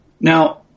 Now